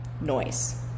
Noise